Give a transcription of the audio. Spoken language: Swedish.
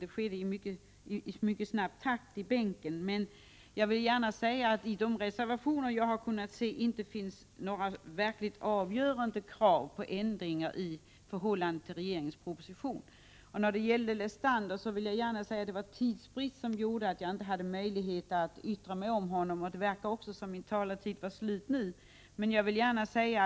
Det skedde i snabb takt i bänken. I de reservationer som jag har studerat finns emellertid inga avgörande krav på ändringar i förhållande till regeringens proposition. Till Paul Lestander vill jag säga att det var tidsbrist som gjorde att jag inte hann yttra mig om hans inlägg. Det verkar också som om min taletid nu är slut.